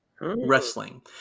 Wrestling